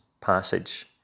passage